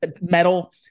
metal